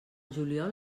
juliol